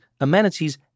amenities